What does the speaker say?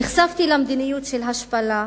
נחשפתי למדיניות של השפלה,